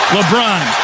LeBron